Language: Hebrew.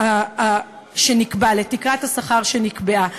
לתקרת השכר שנקבעה.